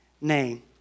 name